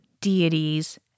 deities